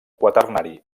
quaternari